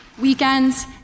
weekends